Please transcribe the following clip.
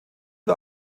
war